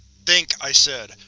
think! i said,